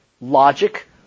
logic